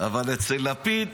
אבל אצל לפיד